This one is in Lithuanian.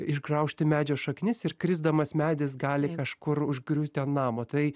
išgraužti medžio šaknis ir krisdamas medis gali kažkur užgriūti ant namo tai